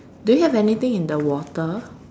do you have anything in the water